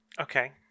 Okay